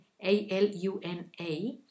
A-L-U-N-A